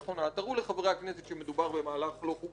תראו לחברי הכנסת שמדובר במהלך לא חוקתי,